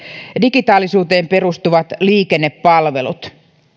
digitaalisuuteen perustuvien liikennepalveluiden